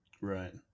Right